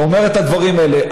הוא אומר את הדברים האלה.